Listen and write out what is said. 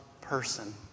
person